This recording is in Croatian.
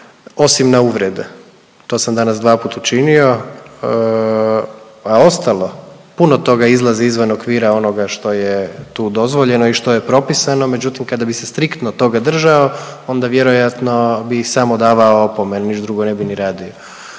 Osim na uvrede. To sam danas dva puta učinio. A ostalo puno toga izlazi izvan okvira onoga što je tu dozvoljeno i što je propisano, međutim kada bi se striktno toga držao onda vjerojatno bi samo davao opomene. Ništa drugo ne bi ni radio.